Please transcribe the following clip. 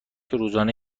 روزانه